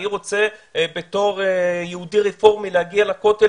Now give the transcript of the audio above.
אני רוצה בתור יהודי רפורמי להגיע לכותל